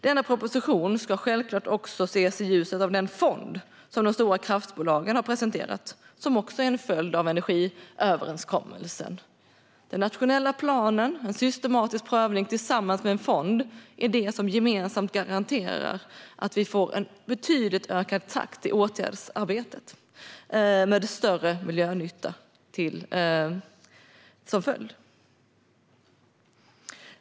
Denna proposition ska självklart också ses i ljuset av den fond som de stora kraftbolagen har presenterat, och som också är en följd av energiöverenskommelsen. Den nationella planen och en systematisk prövning tillsammans med en fond är det som gemensamt garanterar att vi får en betydligt ökad takt i åtgärdsarbetet med större miljönytta som följd.